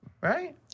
Right